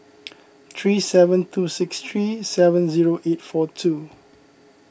three seven two six three seven zero eight four two